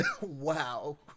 wow